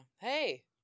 hey